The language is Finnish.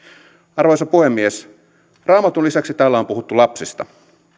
arvoisa puhemies raamatun lisäksi täällä on puhuttu lapsista